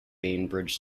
bainbridge